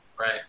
Right